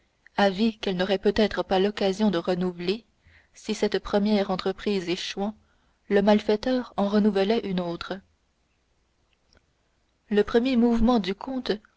avis qu'elle n'aurait peut-être pas l'occasion de renouveler si cette première entreprise échouant le malfaiteur en renouvelait une autre le premier mouvement du comte